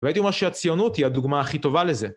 והייתי אומר שהציונות היא הדוגמה הכי טובה לזה.